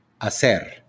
hacer